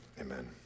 Amen